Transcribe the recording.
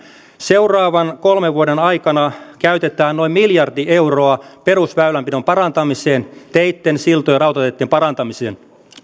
seuraavan kolmen vuoden aikana käytetään noin miljardi euroa perusväylänpidon parantamiseen teitten siltojen rautateitten parantamiseen